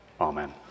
amen